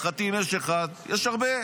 להערכתי, אם יש אחד, יש הרבה.